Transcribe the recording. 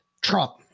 Trump